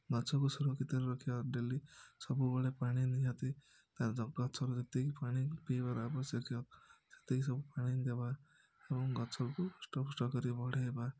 ଗଛକୁ ସୁରକ୍ଷିତରେ ରଖିବା ଡେଲି ସବୁବେଳେ ପାଣି ନିହାତି ତା'ର ଗଛର ଯେତିକି ପାଣି ପିଇବାର ଆବଶ୍ୟକୀୟ ସେତିକି ସମୟ ପାଣି ଦେବା ଏବଂ ଗଛକୁ ହୃଷ୍ଟପୃଷ୍ଟ କରିକି ବଢ଼େଇବା